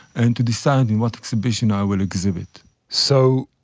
and to decide in what exhibition i will exhibit so,